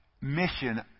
mission